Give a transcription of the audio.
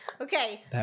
Okay